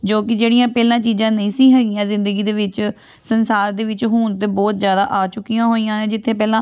ਜੋ ਕਿ ਜਿਹੜੀਆਂ ਪਹਿਲਾਂ ਚੀਜ਼ਾਂ ਨਹੀਂ ਸੀ ਹੈਗੀਆਂ ਜ਼ਿੰਦਗੀ ਦੇ ਵਿੱਚ ਸੰਸਾਰ ਦੇ ਵਿੱਚ ਹੁਣ ਤਾਂ ਬਹੁਤ ਜਿਆਦਾ ਆ ਚੁੱਕੀਆਂ ਹੋਈਆਂ ਨੇ ਜਿੱਥੇ ਪਹਿਲਾਂ